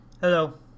Hello